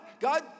God